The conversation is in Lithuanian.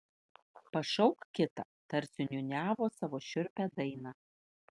pašauk kitą tarsi niūniavo savo šiurpią dainą